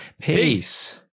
peace